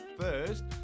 first